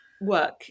work